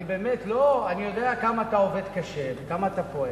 אני יודע כמה אתה עובד קשה וכמה אתה פועל,